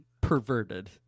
Perverted